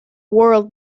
world